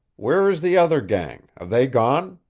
where is the other gang? are they gone?